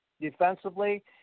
defensively